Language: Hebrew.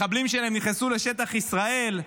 מחבלים שלהם נכנסו לשטח ישראל,